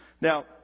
Now